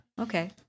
Okay